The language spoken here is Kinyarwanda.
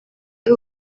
ari